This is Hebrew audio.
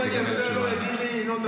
אם אני אפריע לו הוא יגיד לי: ינון,